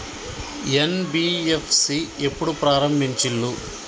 NBFC ఎప్పుడు ప్రారంభించిల్లు?